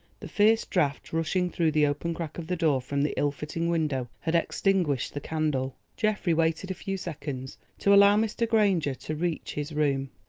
the fierce draught rushing through the open crack of the door from the ill-fitting window had extinguished the candle. geoffrey waited a few seconds to allow mr. granger to reach his room,